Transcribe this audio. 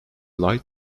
light